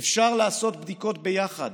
אפשר לעשות בדיקות ביחד.